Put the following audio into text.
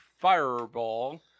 Fireball